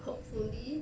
hopefully